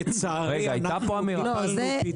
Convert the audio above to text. לצערי אנחנו קיבלנו פיצוי --- זה נדבך נוסף.